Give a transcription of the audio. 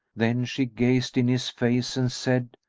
then she gazed in his face and said,